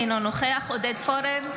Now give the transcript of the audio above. אינו נוכח עודד פורר,